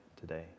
today